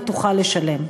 לא תוכל לשלם.